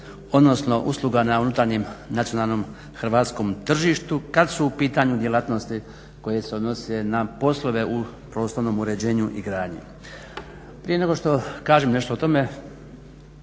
odnosno usluga na unutarnjem nacionalnom hrvatskom tržištu kad su u pitanju djelatnosti koje se odnose na poslove u prostornom uređenju i gradnji. Prije nego što kažem nešto o tome